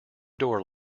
door